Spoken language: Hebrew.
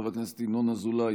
חבר הכנסת ינון אזולאי,